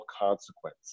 consequence